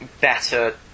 better